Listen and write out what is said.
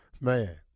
Man